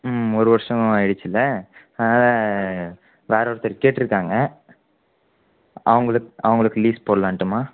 ம் ஒரு வருஷம் ஆயிடுச்சுல்ல அதனால் வேறு ஒருத்தர் கேட்டுருக்காங்க அவங்களுக்கு அவங்களுக்கு லீஸ் போடலான்ட்டும்மா